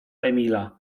emila